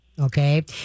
Okay